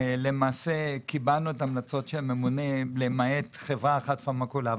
קיבלנו את ההמלצות של הממונה למעט חברה אחת בשם "פרמקולה".